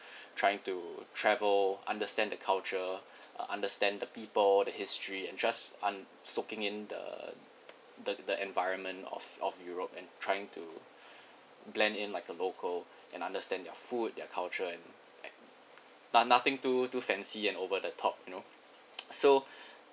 trying to travel understand the culture uh understand the people the history and just un~ soaking in the the the environment of of europe and trying to blend in like a local and understand their food their culture and uh but nothing too too fancy and over the top you know so